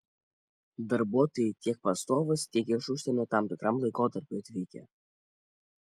darbuotojai tiek pastovūs tiek iš užsienio tam tikram laikotarpiui atvykę